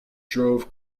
drove